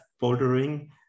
bordering